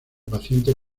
pacientes